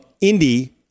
Indy